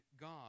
God